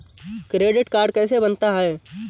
Credit card कैसे बनता है?